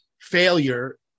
failure